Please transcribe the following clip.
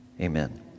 Amen